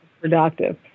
productive